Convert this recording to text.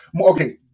Okay